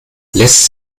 lässt